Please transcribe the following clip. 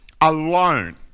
alone